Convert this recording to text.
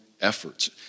efforts